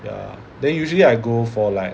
ya then usually I go for like